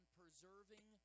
preserving